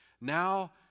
now